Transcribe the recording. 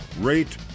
rate